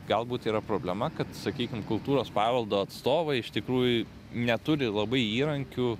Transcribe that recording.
galbūt yra problema kad sakykim kultūros paveldo atstovai iš tikrųjų neturi labai įrankių